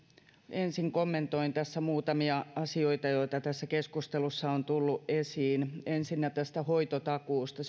ensin kommentoin tässä muutamia asioita joita tässä keskustelussa on tullut esiin ensinnä tästä hoitotakuusta